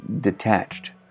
detached